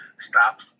Stop